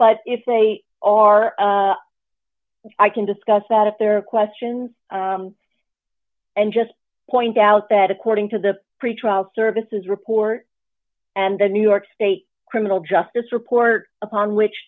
but if they are i can discuss that if there are questions and just point out that according to the pretrial services report and the new york state criminal justice report upon which